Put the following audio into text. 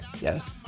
Yes